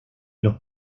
los